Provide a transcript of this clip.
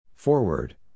forward